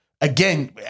again